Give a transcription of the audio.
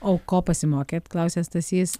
o ko pasimokėt klausia stasys